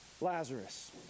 Lazarus